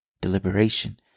deliberation